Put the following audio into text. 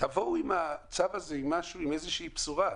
תבואו בצו הזה עם איזו שהיא בשורה.